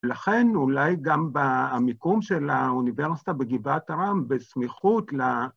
לכן אולי גם במיקום של האוניברסיטה בגבעת רם בסמיכות ל...